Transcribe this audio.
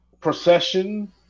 procession